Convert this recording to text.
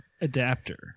adapter